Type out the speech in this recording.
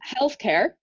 healthcare